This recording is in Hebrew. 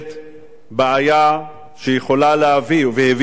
בעיה שיכולה להביא, והביאה, לאסונות,